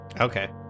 Okay